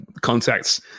contacts